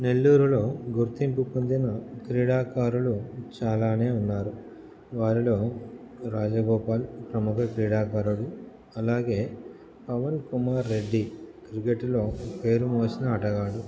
నెల్లూరులో గుర్తింపు పొందిన క్రీడాకారులు చాలానే ఉన్నారు వారిలో రాజగోపాల్ ప్రముఖ క్రీడాకారుడు అలాగే పవన్ కుమార్ రెడ్డి క్రికెట్లో పేరు మోసిన ఆటగాడు